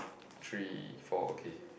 three four okay